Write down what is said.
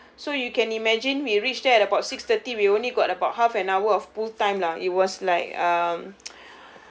so you can imagine we reached there at about six thirty we only got about half an hour of pool time lah it was like um